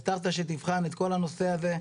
הבטחת שתבחן את כל הנושא הזה,